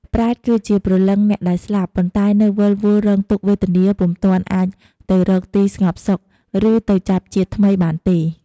ប្រេត គឺជាព្រលឹងអ្នកដែលស្លាប់ ប៉ុន្តែនៅវិលវល់រងទុក្ខវេទនា ពុំទាន់អាចទៅរកទីស្ងប់សុខ ឬទៅចាប់ជាតិថ្មីបានទេ។